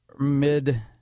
mid